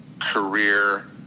career